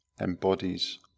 embodies